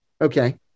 Okay